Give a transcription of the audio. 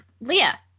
Leah